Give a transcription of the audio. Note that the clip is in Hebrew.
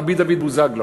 רבי דוד בוזגלו?